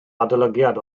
adolygiad